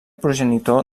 progenitor